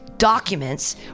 Documents